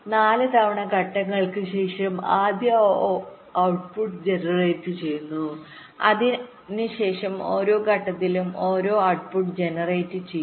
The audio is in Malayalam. നാല് തവണ ഘട്ടങ്ങൾക്ക് ശേഷം ആദ്യ ഔട്ട്പുട് ജനറേറ്റുചെയ്യുന്നു അതിനുശേഷം ഓരോ ഘട്ടത്തിലും ഒരു ഔട്ട്പുട് ജനറേറ്റുചെയ്യും